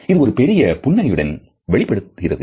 இது ஒரு பெரிய புன்னகையுடன் வெளிப்படுத்தப்படுகிறது